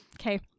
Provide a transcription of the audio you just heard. Okay